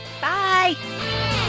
Bye